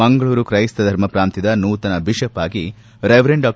ಮಂಗಳೂರು ಕ್ರೈಸ್ತಧರ್ಮ ಪ್ರಾಂತ್ಯದ ನೂತನ ಬಿಷಪ್ಆಗಿ ರೆವರೆಂಡ್ ಡಾ